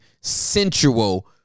sensual